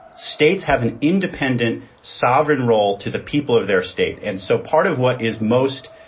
states have an independent sovereign role to the people of their state. and so part of what is most,